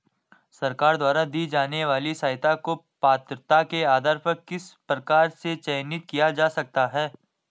सरकार द्वारा दी जाने वाली सहायता को पात्रता के आधार पर किस प्रकार से चयनित किया जा सकता है?